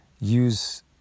use